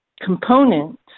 component